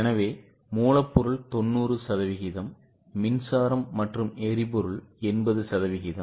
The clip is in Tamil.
எனவே மூலப்பொருள் 90 சதவிகிதம் மின்சாரம் மற்றும் எரிபொருள் 80 சதவிகிதம்